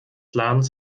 ladens